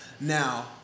Now